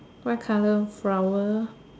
white color flower